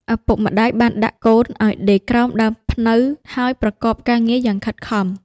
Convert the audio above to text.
ឪពុកម្តាយបានដាក់កូនឱ្យដេកក្រោមដើមព្នៅ ហើយប្រកបការងារយ៉ាងខិតខំ។